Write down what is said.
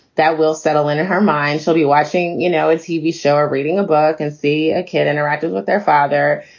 that will settle into her mind. she'll be watching. you know, a tv show or reading a book and see a kid interacting with their father.